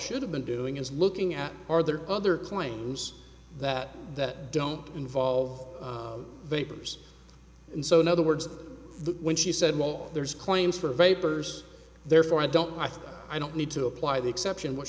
should have been doing is looking at are there other claims that that don't involve vapors and so in other words when she said well there's claims for vapors therefore i don't i think i don't need to apply the exception what